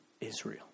Israel